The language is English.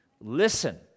listen